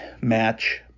match